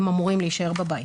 הם אמורים להישאר בבית.